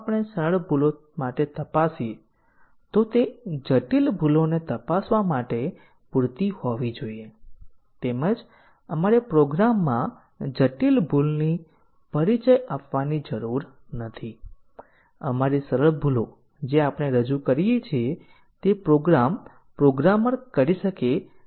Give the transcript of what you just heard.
આપણે basic condition coverage પર ધ્યાન આપ્યું હતું જ્યાં દરેક કોમ્પોનન્ટ કન્ડીશન અથવા એટોમિક કન્ડીશન સાચા અને ખોટા મૂલ્યોને ધારણ કરવા માટે બનાવવામાં આવે છે